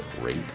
rape